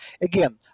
Again